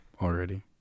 already